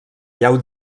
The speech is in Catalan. llau